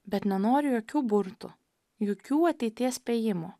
bet nenoriu jokių burtų jokių ateities spėjimų